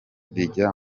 rijya